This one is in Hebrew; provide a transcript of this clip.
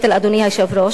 אדוני היושב-ראש.